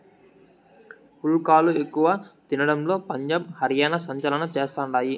పుల్కాలు ఎక్కువ తినడంలో పంజాబ్, హర్యానా సంచలనం చేస్తండాయి